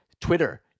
Twitter